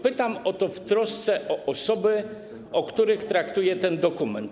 Pytam o to w trosce o osoby, o których traktuje ten dokument.